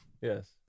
Yes